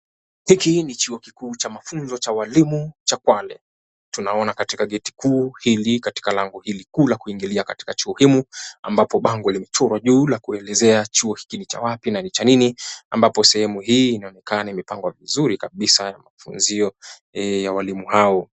Hiki ni chuo kikuu cha mafunzo cha walimu cha Kwale. Tunaona katika geti kuu hili katika lango hili kuu la kuingilia katika chuo humu ambapo bango limechorwa juu la kuelezea chuo hiki ni cha wapi na ni cha nini ambapo sehemu hii inakaa imepangwa vizuri kabisa kwa mafunzio ya walimu hao.